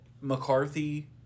McCarthy